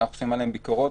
שאנחנו עושים עליהם ביקורות.